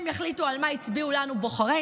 הם יחליטו על מה הצביעו לנו בוחרינו,